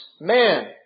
man